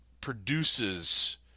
produces